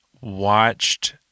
watched